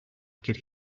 could